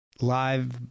live